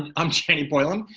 um i'm jenny boylan.